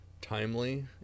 timely